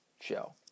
show